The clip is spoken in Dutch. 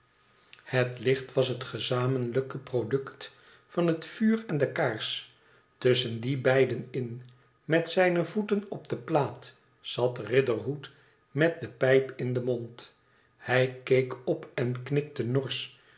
het licht was het gezamenlijke product van het vuur en de kaars tusschen die beiden in met zijne voeten op de plaat zat riderhood met de pijp in den mond hij keek open knikte norsch